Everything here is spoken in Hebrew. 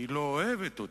היא לא אוהבת אותי.